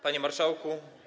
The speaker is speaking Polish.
Panie Marszałku!